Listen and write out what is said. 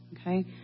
okay